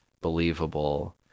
believable